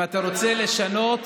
אם אתה רוצה לשנות,